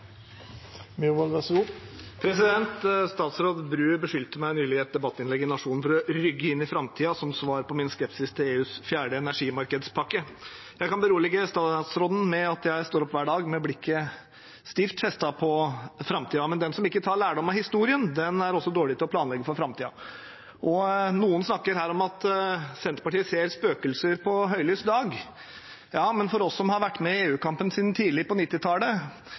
Statsråd Bru beskyldte meg nylig i et debattinnlegg i Nationen for å rygge inn i framtiden, som svar på min skepsis til EUs fjerde energimarkedspakke. Jeg kan berolige statsråden med at jeg står opp hver dag med blikket stivt festet på framtiden. Men den som ikke tar lærdom av historien, er også dårlig til å planlegge for framtiden. Noen snakker her om at Senterpartiet ser spøkelser på høylys dag – ja, men vi som har vært med i EU-kampen siden tidlig på